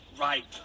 Right